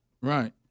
Right